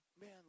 man